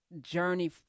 journey